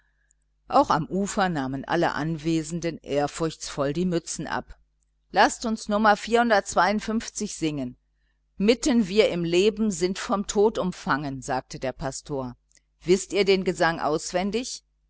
auch am ufer nahmen alle anwesenden ehrfurchtsvoll die mützen ab laßt uns nummer singen mitten wir im leben sind von dem tod umfangen sagte der pastor wißt ihr den gesang auswendig